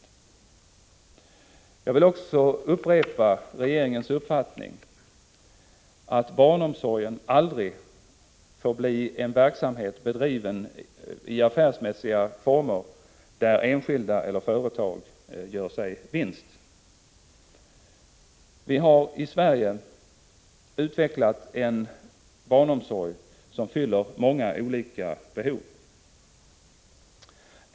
Vidare vill jag upprepa regeringens uppfattning att barnomsorgen aldrig får bli en verksamhet bedriven i affärsmässiga former, där enskilda eller företag gör sig vinster. Vi har i Sverige utvecklat en barnomsorg som fyller många olika behov.